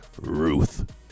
Ruth